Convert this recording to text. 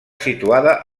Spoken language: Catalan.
situada